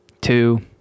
two